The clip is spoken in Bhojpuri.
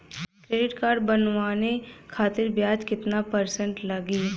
क्रेडिट कार्ड बनवाने खातिर ब्याज कितना परसेंट लगी?